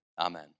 Amen